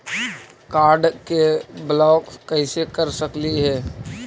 Card के block कैसे कर सकली हे?